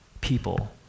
people